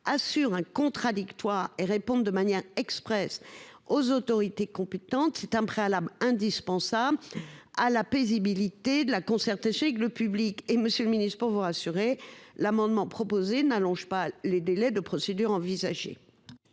assure hein contradictoire et répondent de manière expresse aux autorités compétentes. C'est un préalable indispensable à la paisibilité de la concertation avec le public et Monsieur le Ministre, pour vous rassurer l'amendement proposé n'allonge pas les délais de procédure envisagée.